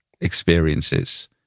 experiences